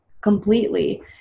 completely